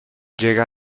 llega